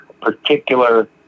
particular